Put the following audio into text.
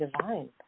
divine